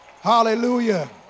Hallelujah